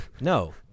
no